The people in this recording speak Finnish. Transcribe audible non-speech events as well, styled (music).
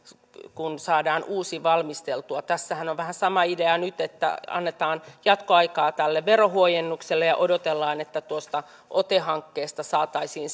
kun saadaan uusi valmisteltua tässähän on vähän sama idea nyt että annetaan jatkoaikaa tälle verohuojennukselle ja odotellaan että tuosta ote hankkeesta saataisiin (unintelligible)